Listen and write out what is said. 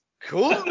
Cool